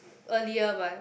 earlier what